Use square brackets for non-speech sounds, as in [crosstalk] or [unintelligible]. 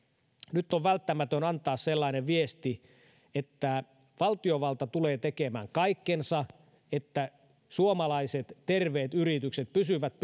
nyt on välttämätöntä antaa sellainen viesti että valtiovalta tulee tekemään kaikkensa että suomalaiset terveet yritykset pysyvät [unintelligible]